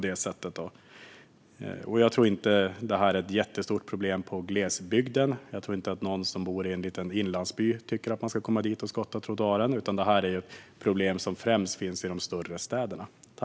Det här är inte ett stort problem i glesbygden - jag tror inte att någon som bor i en inlandsby tycker att man ska komma dit och skotta trottoaren - utan det här är ett problem som främst finns i de större städerna.